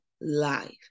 life